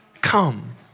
Come